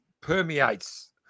permeates